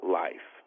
life